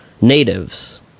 natives